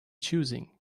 choosing